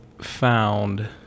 found